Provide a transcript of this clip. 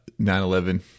9-11